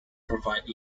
provide